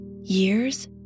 Years